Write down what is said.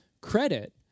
credit